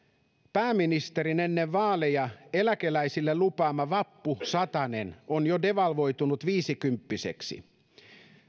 pääministerin ennen vaaleja eläkeläisille lupaama vappusatanen on jo devalvoitunut viisikymppiseksi